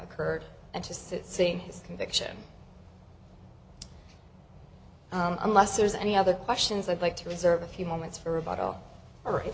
occurred and just seeing his conviction unless there's any other questions i'd like to reserve a few moments for about all